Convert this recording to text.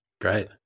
Great